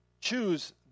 choose